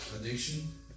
Addiction